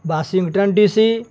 Washington DC